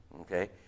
Okay